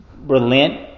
relent